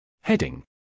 Heading